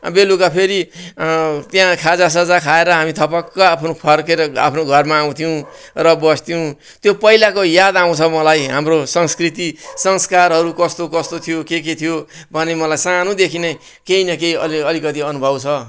बेलुका फेरि त्यहाँ खाजासाजा खााएर हामी थपक्क आफ्नो फर्किएर आफ्नो घरमा आउँथ्यौँ र बस्थ्यौँ त्यो पहिलाको याद आउँछ मलाई हाम्रो संस्कृति संस्कारहरू कस्तो कस्तो थियो के के थियो पनि मलाई सानोदेखि नै केही न केही अलिकति अनुभव छ